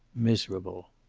miserable.